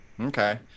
okay